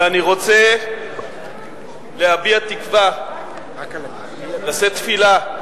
ואני רוצה להביע תקווה, לשאת תפילה,